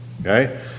Okay